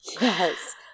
Yes